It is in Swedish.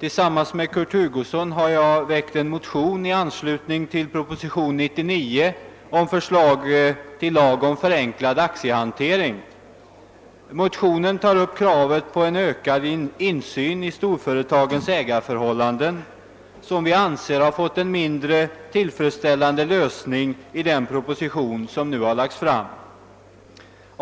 Tillsammans med herr Hugosson har jag väckt en motion i anslutning till propositionen 99 med förslag till lag om förenklad aktiehantering. I motionen tar vi upp kravet på ökad insyn i storföretagens ägarförhållanden, som vi anser har fått en mindre tillfredsställande lösning i propositionen.